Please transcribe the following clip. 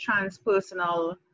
transpersonal